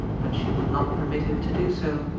but she would not permit him to do so.